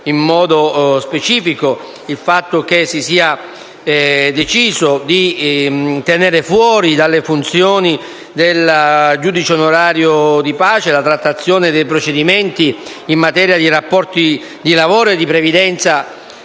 in modo specifico che si è deciso di tener fuori dalle funzioni del giudice onorario di pace la trattazione dei procedimenti in materia di rapporti di lavoro, previdenza